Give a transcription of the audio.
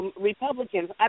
Republicans